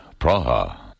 Praha